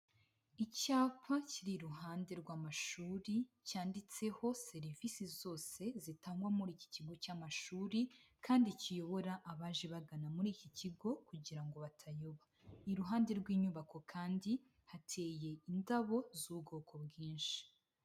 Icyapa kiri iruhande rw'amashuri, cyanditseho serivisi zose zitangwa muri iki kigo cy'amashuri kandi kiyobora abaje bagana muri iki kigo kugira ngo batayoba, iruhande rw'inyubako kandi hateye indabo z'ubwoko bwinshi.